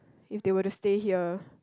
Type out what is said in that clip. if they were to stay here